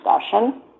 discussion